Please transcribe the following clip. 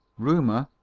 rumour,